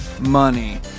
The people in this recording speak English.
Money